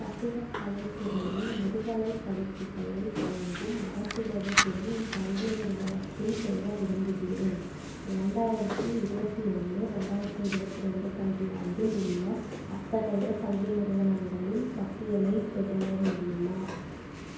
கட்டிடக்கலைத் துறையில் முதுகலைப் படிப்புகளை வழங்கும் அரசுதவி பெறும் கல்வி நிறுவனத்தில் சேர விரும்புகிறேன் ரெண்டாயிரத்தி இருபத்தி ஒன்று ரெண்டாயிரத்தி இருபத்தி ரெண்டு கல்வியாண்டில் உள்ள அத்தகைய கல்வி நிறுவனங்களின் பட்டியலைப் பெற முடியுமா